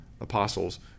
apostles